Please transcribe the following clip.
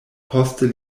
poste